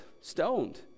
stoned